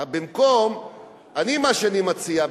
אני מציע,